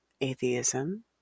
atheism